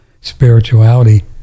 spirituality